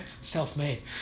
self-made